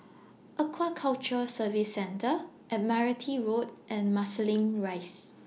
Aquaculture Services Centre Admiralty Road and Marsiling Rise